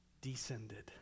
descended